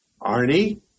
Arnie